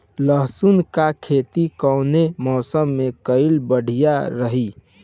लहसुन क खेती कवने मौसम में कइल बढ़िया रही?